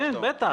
בטח.